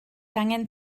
angen